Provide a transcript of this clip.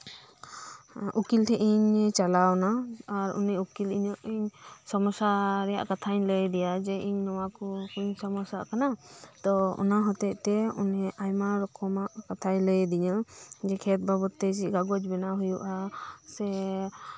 ᱩᱠᱤᱞ ᱴᱷᱮᱡ ᱤᱧ ᱪᱟᱞᱟᱣᱱᱟ ᱟᱨ ᱩᱱᱤ ᱩᱠᱤᱞ ᱤᱧᱟᱹᱜ ᱥᱚᱢᱚᱥᱥᱟ ᱨᱮᱭᱟᱜ ᱠᱟᱛᱷᱟᱧ ᱞᱟᱹᱭ ᱟᱫᱮᱭᱟ ᱡᱮ ᱤᱧ ᱱᱚᱶᱟ ᱠᱩᱧ ᱥᱚᱢᱚᱥᱥᱟᱜ ᱠᱟᱱᱟ ᱛᱚ ᱚᱱᱟ ᱦᱚᱛᱮᱡᱛᱮ ᱩᱱᱤ ᱟᱭᱢᱟ ᱨᱚᱠᱚᱢᱟᱜ ᱠᱟᱛᱷᱟᱭ ᱞᱟᱹᱭ ᱟᱫᱤᱧᱟ ᱡᱮ ᱠᱷᱮᱛ ᱵᱟᱵᱚᱫᱽ ᱛᱮ ᱪᱮᱫ ᱠᱟᱜᱚᱡᱽ ᱵᱮᱱᱟᱣ ᱦᱳᱭᱳᱜᱼᱟ ᱥᱮ